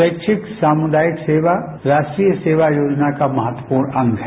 स्वैच्छिक सामुदायिक सेवा राष्ट्रीय सेवा योजना का महत्वपूर्ण अंग है